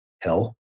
hell